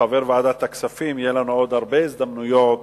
וכחבר ועדת הכספים יהיו לי עוד הרבה הזדמנויות